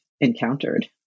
encountered